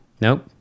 nope